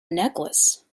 necklace